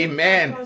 Amen